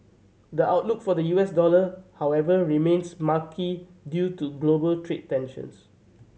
the outlook for the U S dollar however remains murky due to global trade tensions